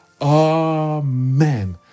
amen